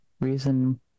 reason